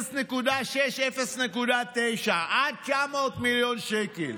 0.6 0.9, עד 900 מיליון שקל.